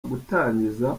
gutangiza